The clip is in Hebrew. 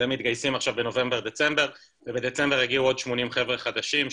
והם מתגייסים עכשיו בנובמבר-דצמבר ובדצמבר יגיעו עוד 80 חבר'ה חדשים,